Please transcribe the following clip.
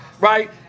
right